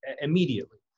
immediately